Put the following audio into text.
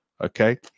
okay